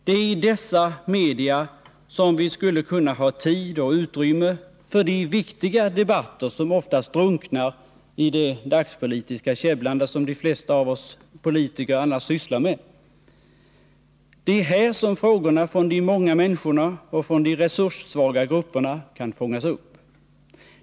Det är i dessa media som vi skulle kunna ha tid och utrymme för de viktiga debatter som oftast drunknar i det dagspolitiska käbblande som de flesta av oss politiker annars sysslar med. Det är här som frågorna från de många människorna och från de resurssvaga grupperna kan fångas upp.